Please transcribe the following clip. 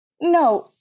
No